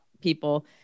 people